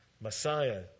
Messiah